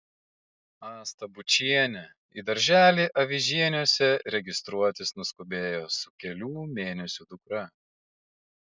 asta bučienė į darželį avižieniuose registruotis nuskubėjo su kelių mėnesių dukra